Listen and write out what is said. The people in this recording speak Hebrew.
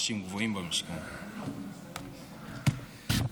תודה רבה,